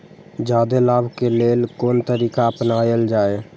जादे लाभ के लेल कोन तरीका अपनायल जाय?